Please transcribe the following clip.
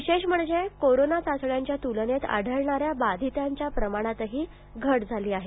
विशेष म्हणजे कोरोना चाचण्यांच्या तुलनेत आढळणाऱ्या बाधितांच्या प्रमाणातही घट झाली आहे